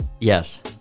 Yes